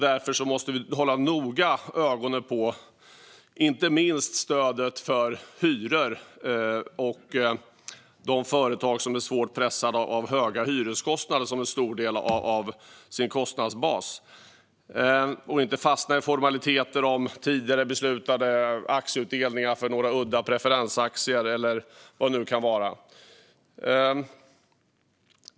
Därför måste vi noga hålla ögonen på inte minst hyresstödet till företag som är svårt pressade av höga hyreskostnader som en stor del av sin kostnadsbas och inte fastna i formaliteter om tidigare beslutade aktieutdelningar för några udda preferensaktier, eller vad det nu kan vara.